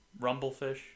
rumblefish